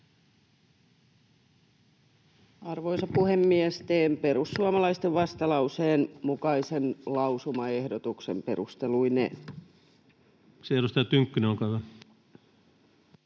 Arvoisa puhemies! Teen perussuomalaisten vastalauseen mukaisen lausumaehdotuksen perusteluineen. Kiitoksia. — Edustaja Tynkkynen, olkaa hyvä.